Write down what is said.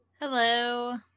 Hello